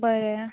बरें